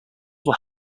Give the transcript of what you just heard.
were